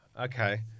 Okay